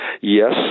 Yes